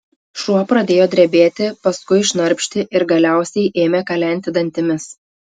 šuo pradėjo drebėti paskui šnarpšti ir galiausiai ėmė kalenti dantimis